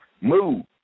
Move